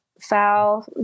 foul